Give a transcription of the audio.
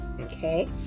okay